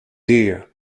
deer